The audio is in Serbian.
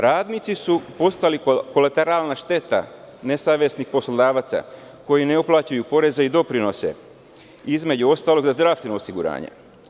Radnici su postali kolateralna šteta, nesavesnih poslodavaca, koji ne uplaćuju poreze i doprinose, između ostalog i zdravstveno osiguranje.